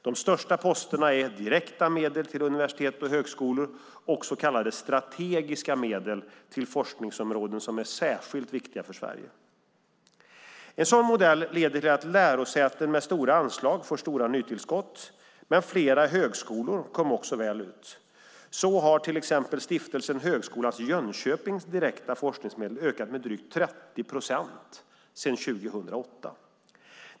De största posterna är direkta medel till universitet och högskolor och så kallade strategiska medel till forskningsområden som är särskilt viktiga för Sverige. En sådan modell leder till att lärosäten med stora anslag får stora nytillskott, men flera högskolor kom också väl ut. Så har till exempel Stiftelsen Högskolan i Jönköpings direkta forskningsmedel ökat med drygt 30 procent sedan 2008.